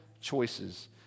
choices